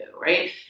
Right